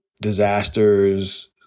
disasters